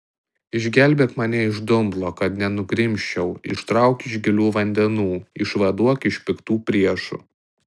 išgelbėk mane iš dumblo kad nenugrimzčiau ištrauk iš gilių vandenų išvaduok iš piktų priešų